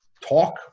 talk